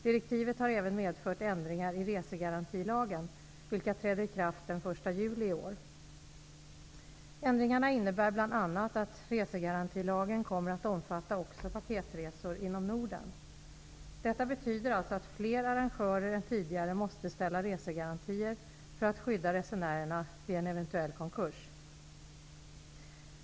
Direktivet har även medfört ändringar i resegarantilagen, vilka träder i kraft den 1 juli i år. Norden. Detta betyder alltså att fler arrangörer än tidigare måste ställa resegarantier för att skydda resenärerna vid en eventuell konkurs.